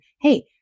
hey